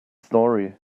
story